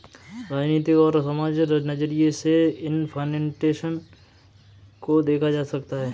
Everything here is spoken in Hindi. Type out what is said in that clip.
राजनीतिक और सामाजिक नज़रिये से इन फाउन्डेशन को देखा जा सकता है